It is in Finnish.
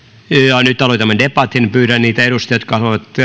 nyt aloitamme debatin pyydän niitä edustajia jotka haluavat